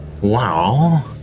Wow